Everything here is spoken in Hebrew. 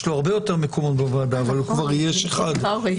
יש לו הרבה יותר מקומות בוועדה אבל כבר יש אחד --- נכון.